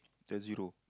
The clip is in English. then zero